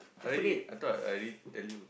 already I thought I already tell you